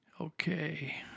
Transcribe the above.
okay